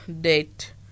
date